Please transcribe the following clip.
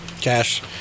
cash